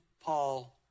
Paul